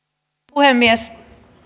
puhemies